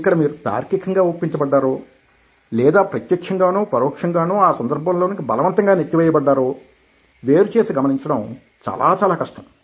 ఇక్కడ మీరు తార్కికంగా ఒప్పించబడ్డారో లేదా ప్రత్యక్షంగానో పరోక్షంగానో ఆ సందర్భంలోనికి బలవంతంగా నెట్టి వేయబడ్డారో వేరు చేసి గమనించడం చాలా చాలా కష్టం